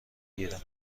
گیرم